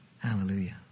Hallelujah